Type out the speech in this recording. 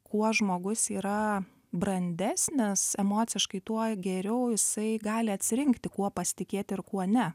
kuo žmogus yra brandesnis emociškai tuo geriau jisai gali atsirinkti kuo pasitikėti ir kuo ne